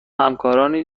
همکارانی